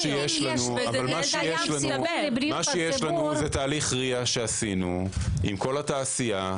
אבל מה שיש לנו זה תהליך ראייה שעשינו עם כל התעשייה,